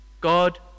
God